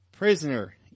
Prisoner